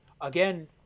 again